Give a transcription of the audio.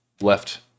left